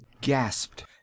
gasped